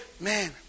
man